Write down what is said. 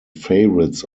favorites